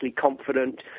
confident